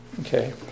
Okay